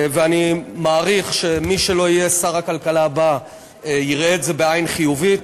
ואני מעריך שמי שלא יהיה שר הכלכלה הבא יראה את זה בעין חיובית.